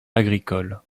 agricoles